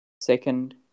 Second